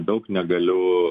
daug negaliu